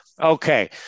Okay